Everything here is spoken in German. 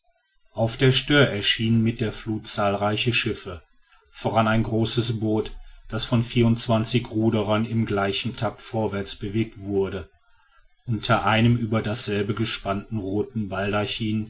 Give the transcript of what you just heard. auf der stör erschienen mit der flut zahlreiche schiffe voran ein großes boot das von vierundzwanzig ruderern im gleichen takt vorwärts bewegt wurde unter einem über dasselbe gespannten roten